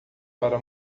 para